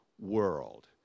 world